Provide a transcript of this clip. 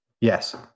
Yes